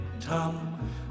Tom